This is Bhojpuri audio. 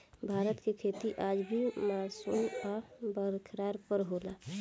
भारत के खेती आज भी मानसून आ बरखा पर होला